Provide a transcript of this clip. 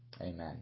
Amen